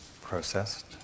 processed